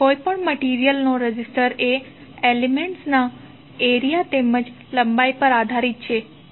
કોઈપણ મટીરીઅલ નો રેઝિસ્ટર એ એલિમેન્ટ્સના એરિયા તેમજ લંબાઈ પર આધારિત છે